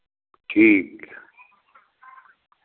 ठीक